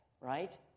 right